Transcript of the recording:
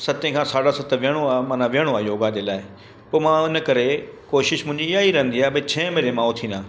सते खां साढा सत विहणो आहे माना विहणो आहे योगा जे लाइ पोइ मां इन करे कोशिशि मुंहिंजी ईअं ई रहंदी आहे भाई छहें बजे मां उथी वञां